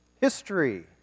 history